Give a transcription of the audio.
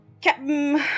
Captain